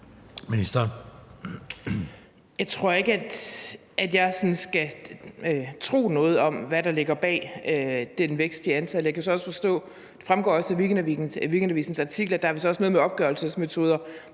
Jeg tror ikke, at jeg sådan skal tro noget om, hvad der ligger bag den vækst i antallet. Jeg kan så også forstå – det fremgår også af Weekendavisens artikel – at der vist også er noget med opgørelsesmetoderne,